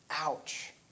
Ouch